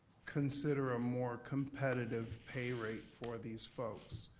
consider a more competitive pay rate for these folks?